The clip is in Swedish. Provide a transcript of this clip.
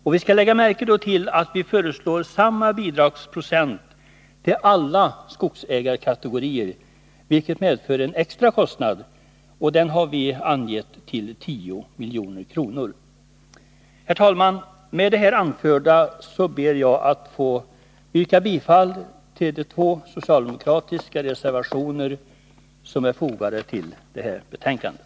Det är att lägga märke till att vi föreslår samma bidragsprocent till alla skogsägarkategorier, vilket medför en extra kostnad, som vi angett till 10 milj.kr. Herr talman! Med det anförda ber jag att få yrka bifall till de två socialdemokratiska reservationer som är fogade till betänkandet.